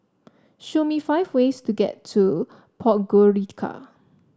show me five ways to get to Podgorica